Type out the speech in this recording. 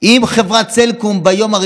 אם אפשר לומר,